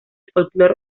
folclore